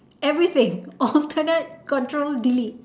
everything alternate control delete